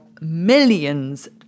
millions